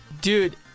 Dude